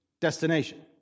destination